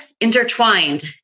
intertwined